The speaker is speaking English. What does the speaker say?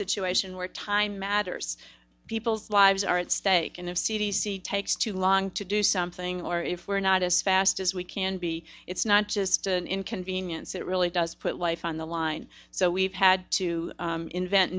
situation where time matters people's lives are at stake and if c d c takes too long to do something or if we're not as fast as we can be it's not just an inconvenience it really does put life on the line so we've had to invent